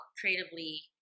creatively